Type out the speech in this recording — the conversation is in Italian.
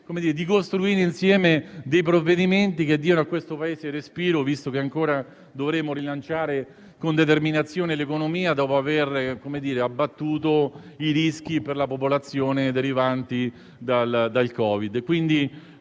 di costruire insieme provvedimenti che diano al Paese respiro, visto che dovremo rilanciare con determinazione l'economia, dopo aver abbattuto i rischi per la popolazione derivanti dal Covid.